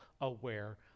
aware